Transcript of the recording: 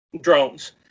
drones